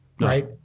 Right